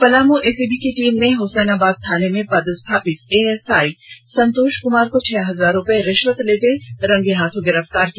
Palamu ACB की team ने हसैनाबाद थाना में पदस्थापित एएसआई संतोष कमार को छह हजार रुपये रिष्वत लेते रंगे हाथ गिरफ्तार किया